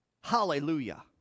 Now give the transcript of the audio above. Hallelujah